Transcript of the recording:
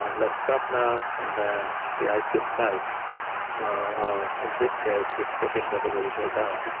and let's stop now and then the ice will melt ah or in this case this protein level will go down.